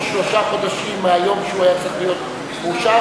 שלושה חודשים מהיום שהוא היה צריך להיות מאושר,